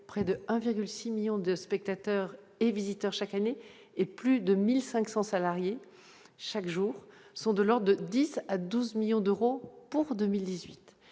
près de 1,6 millions de spectateurs et visiteurs chaque année et plus de 1500 salariés chaque jour sont de lors de 10 à 12 millions d'euros pour 2018